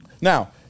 Now